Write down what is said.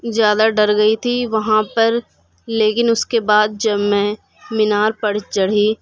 زیادہ ڈر گئی تھی وہاں پر لیکن اس کے بعد جب میں مینار پر چڑھی